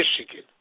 Michigan